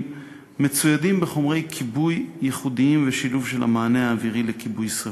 מצוידים בחומרי כיבוי ייחודיים ושילוב של המענה האווירי לכיבוי שרפות.